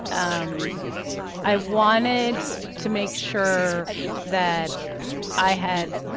um i wanted to make sure that i had,